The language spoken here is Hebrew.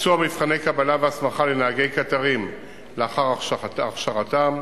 ביצוע מבחני קבלה והסמכה לנהגי קטרים לאחר הכשרתם,